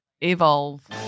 evolve